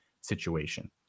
situation